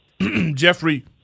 Jeffrey